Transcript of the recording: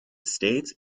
state